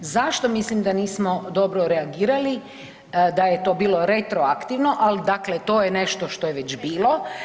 Zašto mislim da nismo dobro reagirali, da je to bilo retroaktivno, al dakle to je nešto što je već bilo.